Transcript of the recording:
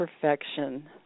perfection